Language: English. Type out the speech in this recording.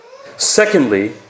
Secondly